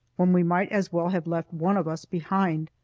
when we might as well have left one of us behind.